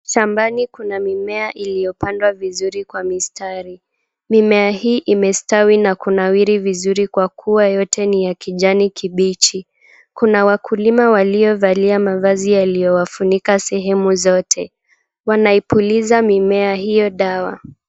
Shambani kuna mimea iliyopandwa vizuri kwa mistari. Mimea hii imestawi na kunawiri vizuri kwa kuwa yote ni ya kijani kibichi. Kuna wakulima waliovalia mavazi yaliyowafunika sehemu zote. Wanaipuliza mimea hiyo dawa.